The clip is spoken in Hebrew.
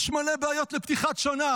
יש מלא בעיות של פתיחת שנה,